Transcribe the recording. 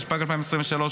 התשפ"ג 2023,